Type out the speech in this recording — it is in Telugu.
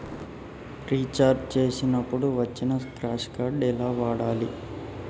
రీఛార్జ్ చేసినప్పుడు వచ్చిన స్క్రాచ్ కార్డ్ ఎలా వాడాలి?